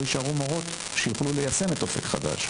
יישארו מורות כדי ליישם את אופק חדש.